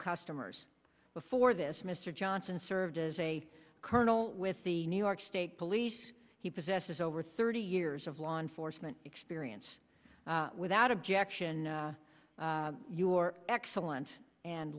customers before this mr johnson served as a colonel with the new york state police he possesses over thirty years of law enforcement experience without objection your excellent and